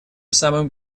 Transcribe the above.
самым